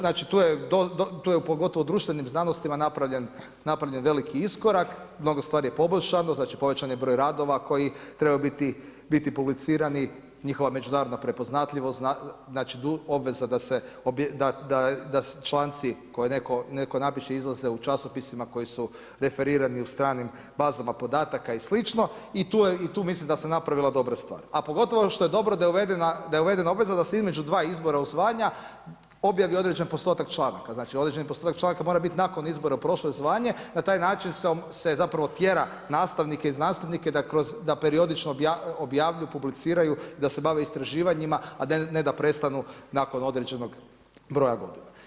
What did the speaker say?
Znači tu je pogotovo u društvenim znanostima napravljen veliki iskorak, mnogo stvari je poboljšano, znači povećan je broj radova koji trebaju biti publicirani, njihova međunarodna prepoznatljivost, znači obveza da se članci koje netko napiše izlaze u časopisima koji su referirani u stranim bazama podataka i sl., i tu mislim da se napravila dobra stvar a pogotovo što je dobro da je uvedena obveza da se između dva izbora u zvanja, objavi određen postotak članka, znači određen postotak članka mora biti nakon izbora u prošlo zvanje, na taj način se zapravo tjera nastavnike i znanstvenike da periodično objavljuju, publiciraju, da se bave istraživanjima ne da prestanu nakon određenog broja godina.